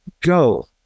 go